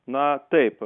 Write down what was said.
na taip